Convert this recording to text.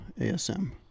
ASM